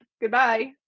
Goodbye